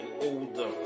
older